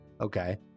Okay